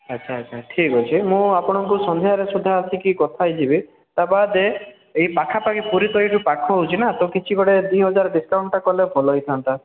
ଆଚ୍ଛା ଆଚ୍ଛା ଠିକ୍ ଅଛି ମୁଁ ଆପଣଙ୍କୁ ସନ୍ଧ୍ୟାରେ ସୁଦ୍ଧା ଆସିକି କଥା ହେଇଯିବି ତା ବାଦ୍ ଏଇ ପାଖାପାଖି ପୁରୀ ତ ଏଇଠୁ ପାଖ ହେଉଛି ନା ତ କିଛି ଗୋଟେ ଦୁଇ ହଜାର ଡ଼ିସକାଉଣ୍ଟ୍ଟା କଲେ ଭଲ ହେଇଥାନ୍ତା